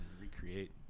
recreate